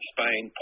Spain